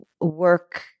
work